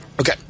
okay